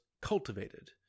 cultivated